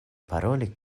paroli